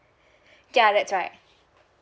ya that's right